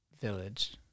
village